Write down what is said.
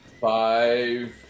five